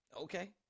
Okay